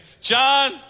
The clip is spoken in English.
John